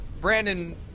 Brandon